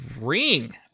Ring